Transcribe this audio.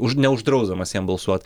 už neuždrausdamas jiem balsuot